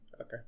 Okay